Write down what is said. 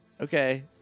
Okay